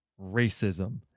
racism